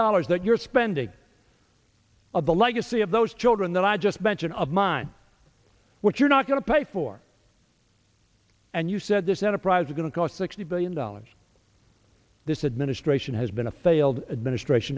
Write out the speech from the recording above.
dollars that you're spending of the legacy of those children that i just mentioned of mine what you're not going to pay for and you said this enterprise going to cost sixty billion dollars this administration has been a failed administrat